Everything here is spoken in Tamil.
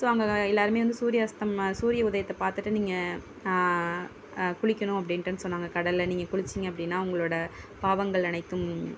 ஸோ அங்கே எல்லாருமே வந்து சூரிய அஸ்தம் சூரிய உதயத்தை பார்த்துட்டு நீங்கள் குளிக்கணும் அப்படின்ட்டுன் சொன்னாங்க கடலில் நீங்கள் குளிச்சிங்க அப்படின்னா உங்களோடய பாவங்கள் அனைத்தும்